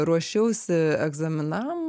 ruošiausi egzaminam